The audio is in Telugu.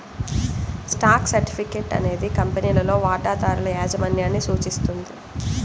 స్టాక్ సర్టిఫికేట్ అనేది కంపెనీలో వాటాదారుల యాజమాన్యాన్ని సూచిస్తుంది